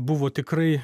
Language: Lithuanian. buvo tikrai